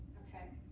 ok?